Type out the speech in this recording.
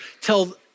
tell